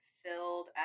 filled